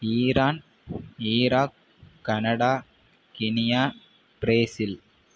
Iran Iraq Canada Guinea Brazil